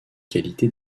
qualités